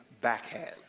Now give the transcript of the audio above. backhand